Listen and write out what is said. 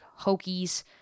Hokies